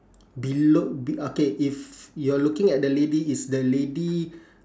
below be~ okay if you are looking at the lady it's the lady